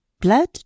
blood